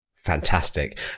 fantastic